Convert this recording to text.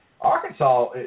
Arkansas